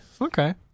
okay